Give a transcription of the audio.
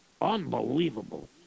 Unbelievable